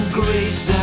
grace